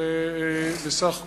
ובסך הכול,